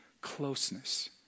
closeness